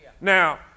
Now